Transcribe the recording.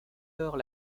lors